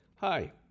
Hi